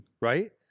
Right